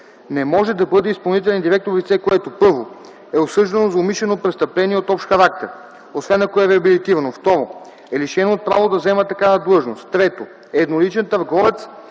Не може да бъде изпълнителен директор лице, което: 1. е осъждано за умишлено престъпление от общ характер, освен ако е реабилитирано; 2. е лишено от право да заема такава длъжност; 3. е едноличен търговец,